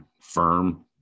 firm